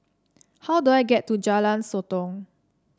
how do I get to Jalan Sotong